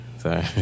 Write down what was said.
Sorry